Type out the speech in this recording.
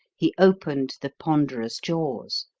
he opened the ponderous jaws.